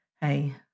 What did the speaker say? hey